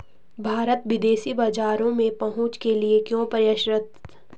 भारत विदेशी बाजारों में पहुंच के लिए क्यों प्रयासरत है?